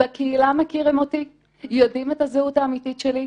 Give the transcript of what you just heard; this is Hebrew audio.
בקהילה מכירים אותי, יודעים את הזהות האמיתית שלי.